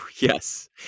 yes